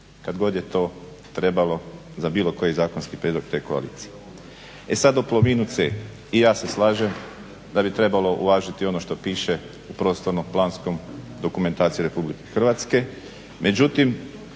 kad god je to trebalo za bilo koji zakonski prijedlog te koalicije. E sada o Plominu C, i ja se slažem da bi trebalo uvažiti ono što piše u prostornom-planskom dokumentaciji RH. Međutim,